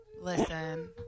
Listen